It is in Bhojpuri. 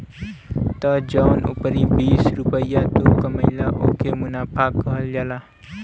त जौन उपरी बीस रुपइया तू कमइला ओके मुनाफा कहल जाला